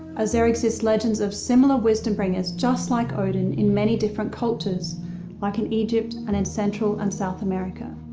as there exists legends of similar wisdom bringers, just like odin, in many different cultures like in egypt, and in central and south america.